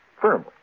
firmly